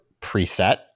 preset